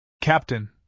Captain